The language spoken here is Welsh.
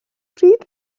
pryd